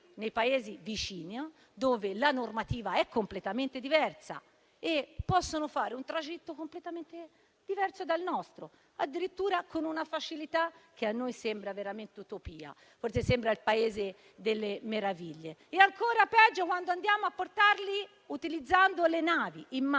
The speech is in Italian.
nei Paesi vicini, dove la normativa è completamente diversa, e possono fare un tragitto completamente diverso dal nostro, addirittura con una facilità che a noi sembra veramente utopia: sembra il Paese delle meraviglie. È ancora peggio quando andiamo a portarli in mare, utilizzando le navi.